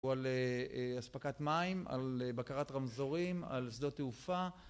או על הספקת מים, על בקרת רמזורים, על שדות תעופה